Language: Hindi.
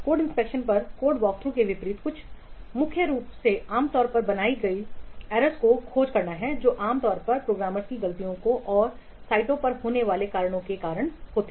कोड इंस्पेक्शन पर कोड वॉकथ्रू के विपरीत मुख्य रूप से आम तौर पर बनाई गई त्रुटियों की खोज करना है जो आमतौर पर प्रोग्रामर की गलतियों और साइटों पर होने के कारण कोड में चलती हैं